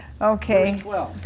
Okay